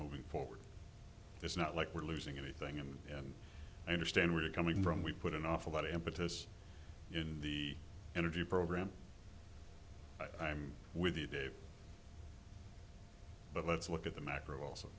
moving forward it's not like we're losing anything and i understand where you're coming from we put an awful lot of impetus in the energy program i'm with you dave but let's look at the macro also